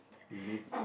is he